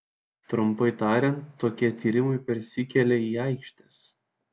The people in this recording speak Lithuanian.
trumpai tariant tokie tyrimai persikelia į aikštes